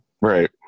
Right